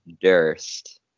Durst